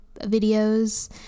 videos